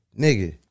nigga